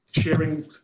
sharing